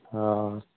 ᱦᱳᱭ